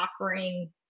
offering